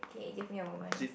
okay give me a moment